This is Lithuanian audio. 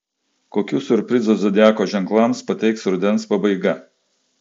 kokių siurprizų zodiako ženklams pateiks rudens pabaiga